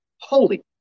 holy